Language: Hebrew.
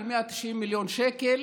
על 190 מיליון שקל